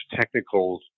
technical